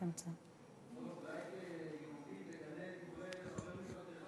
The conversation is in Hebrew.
אולי תגנה את דברי חבר מפלגתך,